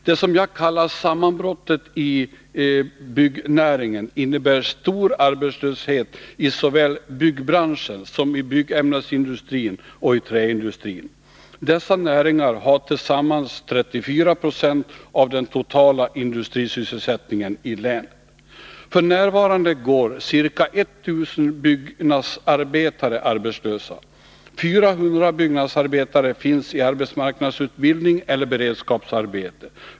Det som jag kallar sammanbrottet i byggnäringen innebär stor arbetslöshet såväl i byggbranschen som i byggämnesindustrin och i träindustrin. Dessa näringar har tillsammans 34 26 av den totala industrisysselsättningen i länet. F. n. går ca 1 000 byggnadsarbetare arbetslösa. 400 byggnadsarbetare finns iarbetsmarknadsutbildning eller beredskapsarbete.